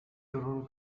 sono